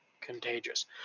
contagious